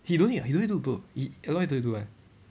he don't need ah he don't need to do he aloy don't need to do [one]